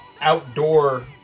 outdoor